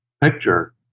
picture